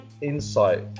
insight